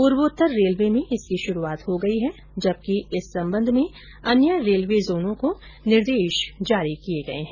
पूर्वोत्तर रेलवे में इसकी शुरूआत हो गई है जबकि इस संबंध में अन्य रेलवे जोनो को निर्देश जारी किये गये है